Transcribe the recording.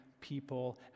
people